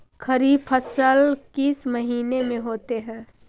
खरिफ फसल किस महीने में होते हैं?